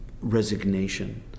resignation